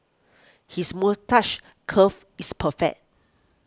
his moustache curl is perfect